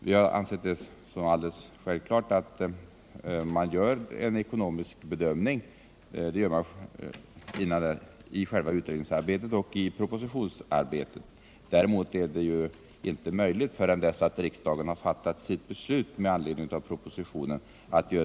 Vi har ansett det som alldeles självklart att man gör en ekonomisk bedömning i samband med propositionsarbetet, men att det däremot inte är möjligt att göra den mer exakta bedömningen förrän riksdagen fattat sitt beslut med anledning av propositionen.